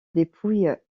dépouilles